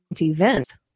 events